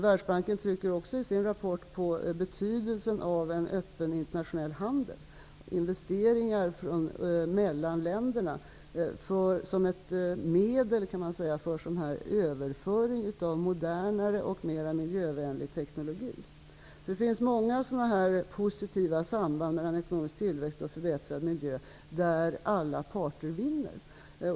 Världsbanken trycker också i sin rapport på betydelsen av en öppen internationell handel, investeringar mellan länderna som ett medel kan man säga för överföring av modernare och mer miljövänlig teknologi. Det finns många positiva samband mellan ekonomisk tillväxt och förbättrad miljö, där alla parter vinner.